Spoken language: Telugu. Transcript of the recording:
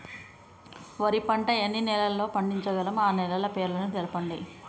వరి పంట ఎన్ని నెలల్లో పండించగలం ఆ నెలల పేర్లను తెలుపండి?